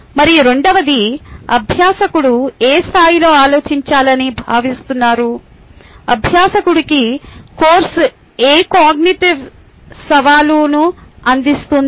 మరియు రెండవది అభ్యాసకుడు ఏ స్థాయిలో ఆలోచించాలని భావిస్తున్నారు అభ్యాసకుడికి కోర్సు ఏ కాగ్నిటివ్ సవాలును అందిస్తోంది